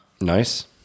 Nice